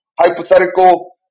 hypothetical